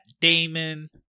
Damon